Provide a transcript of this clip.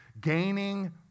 Gaining